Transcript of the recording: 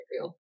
real